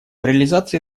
реализации